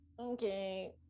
Okay